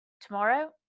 tomorrow